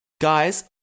guys